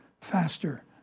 faster